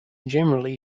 generally